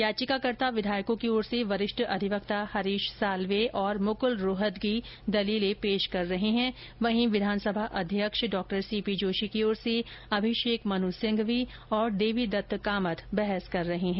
याचिकाकर्ता विधायकों की ओर से वरिष्ठ अधिवक्ता हरीश साल्वे और मुकुल रोहतगी दलील पेश कर रहे हैं वहीं विधानसभा अध्यक्ष सी पी जोशी की ओर से अभिषेक मनू सिंघवी और देवीदत्त कामथ बहस कर रहे हैं